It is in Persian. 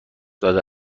داده